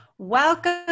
Welcome